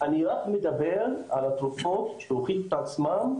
אני רק מדבר על התרופות שהוכיחו את עצמן,